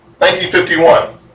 1951